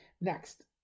next